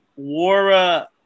Wara